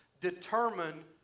determine